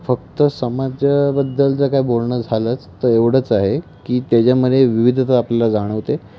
फक्त समाजाबद्दल जर काय बोलणं झालंच तर एवढंच आहे की त्याच्यामध्ये विविधता आपल्याला जाणवते